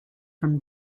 from